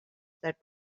that